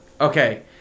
Okay